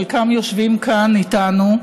חלקם יושבים כאן איתנו,